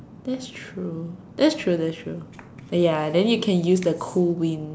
that's true that's true that's true uh ya then you can use the cool wind